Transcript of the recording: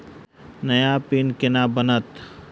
नया पिन केना बनत?